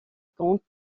compte